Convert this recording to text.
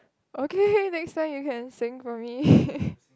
okay next time you can sing for me